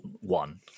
one